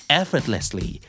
effortlessly